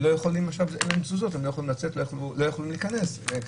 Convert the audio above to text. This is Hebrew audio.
הם לא יכולים לצאת ולא יכולים להיכנס.